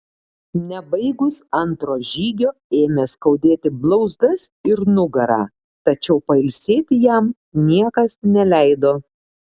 nebaigus antro žygio ėmė skaudėti blauzdas ir nugarą tačiau pailsėti jam niekas neleido